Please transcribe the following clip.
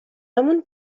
مون